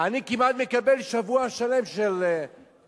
אני מקבל כמעט שבוע שלם של חופש.